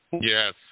Yes